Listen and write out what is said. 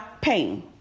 pain